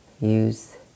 use